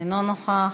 אינו נוכח.